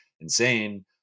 insane